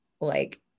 like-